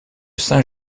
saint